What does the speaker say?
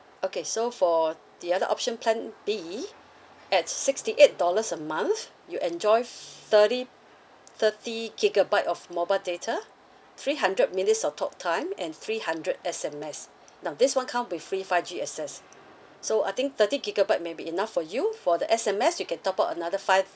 okay so for the other option plan B at sixty eight dollars a month you enjoy f~ thirty thirty gigabyte of mobile data three hundred minutes of talktime and three hundred S_M_S now this [one] come with free five G access so I think thirty gigabyte may be enough for you for the S_M_S you can top up another five